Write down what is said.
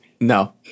No